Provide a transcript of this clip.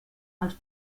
els